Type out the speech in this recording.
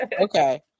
Okay